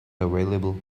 available